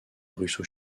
russo